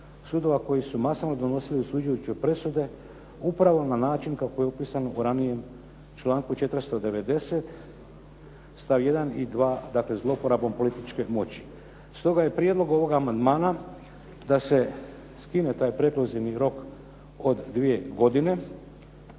sudova koji su masovno donosili osuđujuće presude upravo na način kako je opisano u ranijem članku 490. stavak 1. i 2., dakle zlouporabom političke moći. Stoga je prijedlog ovog amandmana da se skine taj prekluzivni rok od 2 godine,